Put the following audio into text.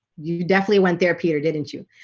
you definitely went there peter didn't you?